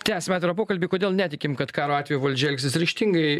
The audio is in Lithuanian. tęsiame toliau pokalbį kodėl netikim kad karo atveju valdžia elgsis ryžtingai